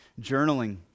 journaling